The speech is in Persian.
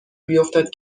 بیفتد